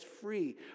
free